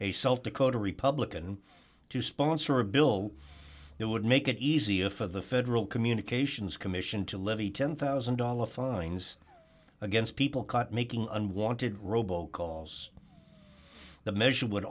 self dakota republican to sponsor a bill that would make it easier for the federal communications commission to levy ten thousand dollars fines against people caught making unwanted robo calls the measure would